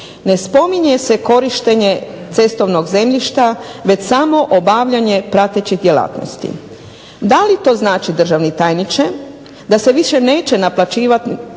Ne spominje se korištenje cestovnog zemljišta već samo obavljanje pratećih djelatnosti. Da li to znači državni tajniče da se više neće naplaćivati